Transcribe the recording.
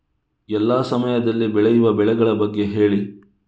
ಎಲ್ಲಾ ಸಮಯದಲ್ಲಿ ಬೆಳೆಯುವ ಬೆಳೆಗಳ ಬಗ್ಗೆ ಹೇಳಿ